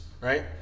Right